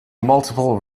multiple